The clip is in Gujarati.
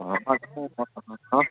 હા હા